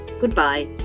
goodbye